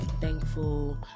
thankful